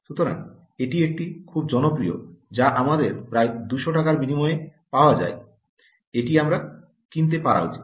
সুতরাং এটি একটি খুব জনপ্রিয় যা আমাদের প্রায় 200 টাকার বিনিময়ে পাওয়া যায় এটি আমরা কিনতে পারা উচিত